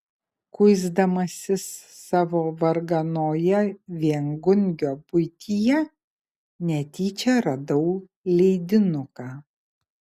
kuisdamasis savo varganoje viengungio buityje netyčia radau leidinuką